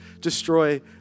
destroy